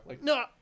No